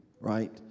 right